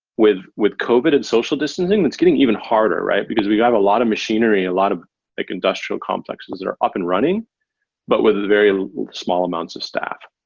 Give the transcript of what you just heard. with with covid and social distancing, that's getting even harder, right? because we have a lot of machinery, a lot of like industrial complexes that are up and running but with very small amounts of staff.